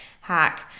hack